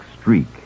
streak